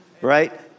right